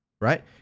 right